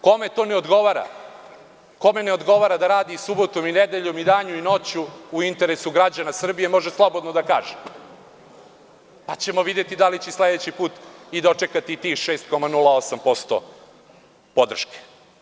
Kome to ne odgovara, kome ne odgovara da radi subotom i nedeljom i danju i noću, u interesu građana Srbije, može slobodno da kaže, pa ćemo videti da li će sledeći put dočekati i tih 6,08% podrške.